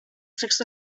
six